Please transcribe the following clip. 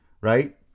right